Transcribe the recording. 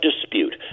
dispute